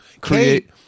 create